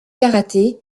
karaté